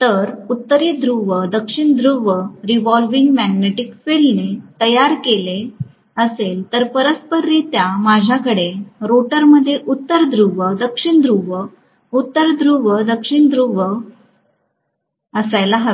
तर उत्तरी ध्रुव दक्षिण ध्रुव रिव्हॉल्व्हिंग मॅग्नेटिक फील्डने तयार केले असेल तर परस्पररित्या माझ्याकडे रोटरमध्ये उत्तर ध्रुव दक्षिण ध्रुव उत्तर ध्रुव दक्षिण ध्रुव असायाला हवेत